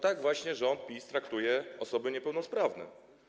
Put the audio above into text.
Tak właśnie rząd PiS traktuje osoby niepełnosprawne.